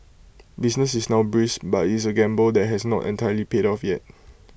business is now brisk but IT is A gamble that has not entirely paid off yet